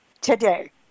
today